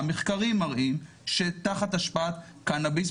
המחקרים מראים שתחת השפעת קנאביס,